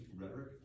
rhetoric